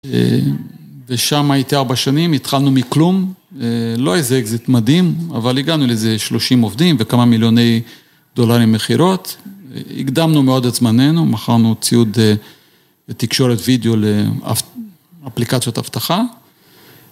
ושם הייתי ארבע שנים, התחלנו מכלום, לא איזה אקזיט מדהים, אבל הגענו לאיזה שלושים עובדים וכמה מיליוני דולרים מכירות, הקדמנו מאוד את זמננו, מכרנו ציוד תקשורת וידאו לאפליקציות אבטחה.